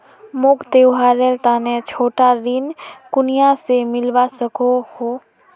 मोक त्योहारेर तने छोटा ऋण कुनियाँ से मिलवा सको हो?